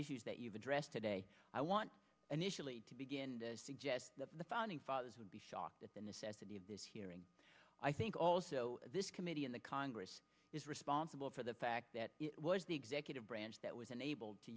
issues that you've addressed today i want an issue to begin suggest that the founding fathers would be shocked at the necessity of this hearing i think also this committee in the congress is responsible for the fact that it was the executive branch that was unable to